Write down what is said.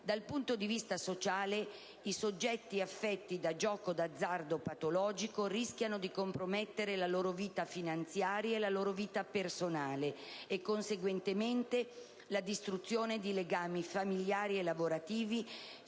Dal punto di vista sociale i soggetti affetti da gioco d'azzardo patologico rischiano di compromettere la loro vita finanziaria e la loro vita personale e, conseguentemente, la distruzione di legami familiari e lavorativi,